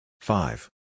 Five